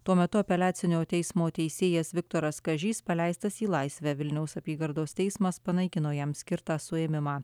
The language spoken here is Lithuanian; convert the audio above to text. tuo metu apeliacinio teismo teisėjas viktoras kažys paleistas į laisvę vilniaus apygardos teismas panaikino jam skirtą suėmimą